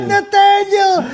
Nathaniel